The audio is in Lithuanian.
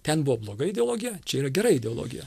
ten buvo bloga ideologija čia yra gera ideologija